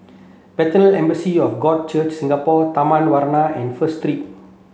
Bethel Assembly of God Church Singapore Taman Warna and First Street